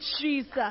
Jesus